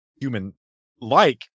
human-like